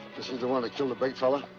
the one that killed the big fella?